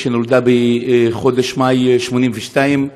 שנולדה בחודש מאי 1982,